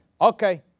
okay